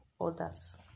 others